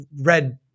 read